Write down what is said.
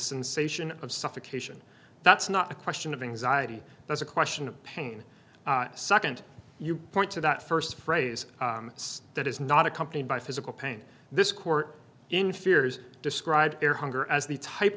sensation of suffocation that's not a question of anxiety that's a question of pain second you point to that first phrase that is not accompanied by physical pain this court in fears described their hunger as the type